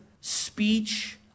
speech